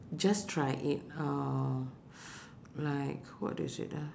just try it uh like what is it ah